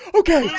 but okay?